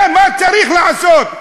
מה צריך לעשות?